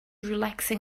relaxing